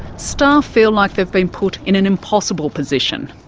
staff feel like they've been put in an impossible position.